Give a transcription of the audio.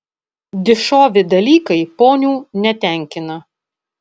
dišovi dalykai ponių netenkina